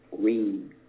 green